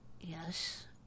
Yes